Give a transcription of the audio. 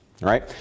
right